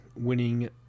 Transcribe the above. winning